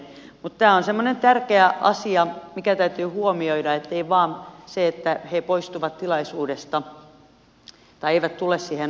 mutta tämä on semmoinen tärkeä asia mikä täytyy huomioida ettei ole vain niin että he poistuvat tilaisuudesta tai eivät tule siihen ollenkaan